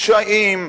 דשאים,